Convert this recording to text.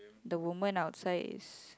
the woman outside is